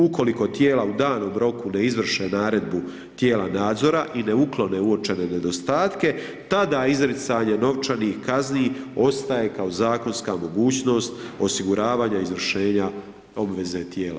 Ukoliko tijela u danom roku ne izvrše naredbu tijela nadzora i ne uklone uočene nedostatke, tada izricanje novčanih kazni ostaje kao zakonska mogućnost osiguravanja izvršenja obveze tijela.